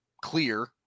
clear